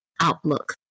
outlook